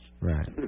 Right